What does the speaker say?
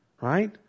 Right